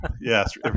Yes